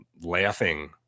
laughing